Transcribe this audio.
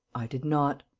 i did not.